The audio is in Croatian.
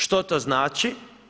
Što to znači?